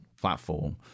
platform